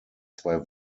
zwei